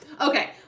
Okay